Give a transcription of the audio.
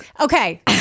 Okay